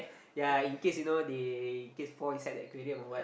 yea in case you know they in case fall inside the aquarium or what